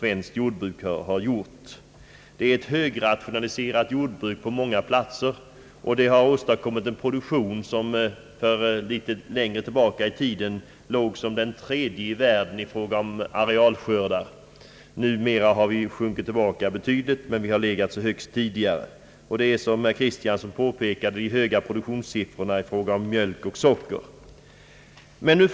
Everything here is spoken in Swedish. Vi har högrationaliserade jordbruk på många platser, och det svenska jordbruket har åstadkommit en produktion av den storleksordningen att vi litet längre tillbaka i tiden låg på tredje plats i världen i fråga om arealskördar — numera har vi sjunkit tillbaka betydligt. Såsom herr Axel Kristiansson påpekade är det de höga produktionssiffrorna för mjölk och socker som påverkat resultatet.